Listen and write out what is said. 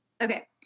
Okay